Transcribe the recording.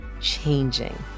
changing